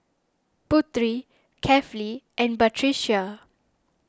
Putri Kefli and Batrisya